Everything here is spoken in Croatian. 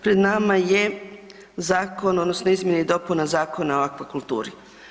Pred nama je zakon odnosno izmjene i dopuna Zakona o akvakulturi.